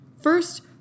First